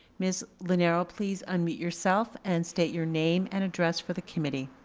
ms linero, please unmute yourself and state your name and address for the committee.